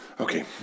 Okay